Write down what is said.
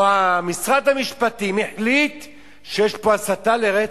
או משרד המשפטים החליטו שיש פה הסתה לרצח?